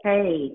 Hey